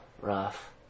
Rough